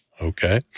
Okay